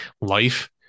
life